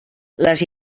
les